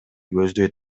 көздөй